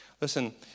Listen